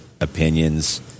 opinions